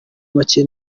make